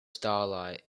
starlight